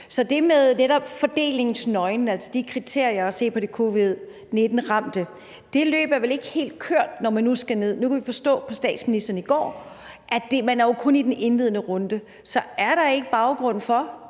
Så det løb med netop fordelingsnøglen – altså de kriterier om at se på de covid-19-ramte – er vel ikke helt kørt, når man nu skal derned? Nu kunne vi forstå på statsministeren i går, at man jo kun er i den indledende runde. Så er der ikke baggrund for,